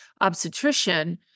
obstetrician